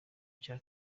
cya